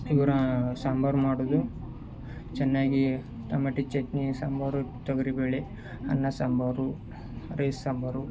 ಇವ್ರ ಸಾಂಬಾರು ಮಾಡೋದು ಚೆನ್ನಾಗಿ ಟೊಮೆಟೊ ಚಟ್ನಿ ಸಾಂಬಾರು ತೊಗರಿ ಬೇಳೆ ಅನ್ನ ಸಾಂಬಾರು ರೈಸ್ ಸಾಂಬಾರು